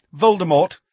Voldemort